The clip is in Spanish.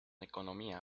economía